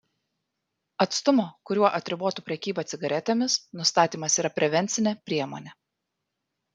atstumo kuriuo atribotų prekybą cigaretėmis nustatymas yra prevencinė priemonė